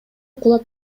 кулап